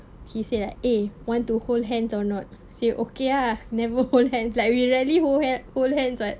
he said like eh want to hold hands or not say okay lah never hold hands like we rarely hold han~ hold hands like